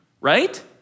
right